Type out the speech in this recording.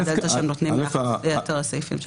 מה הם מוסיפים על יתר הסעיפים.